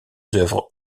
œuvres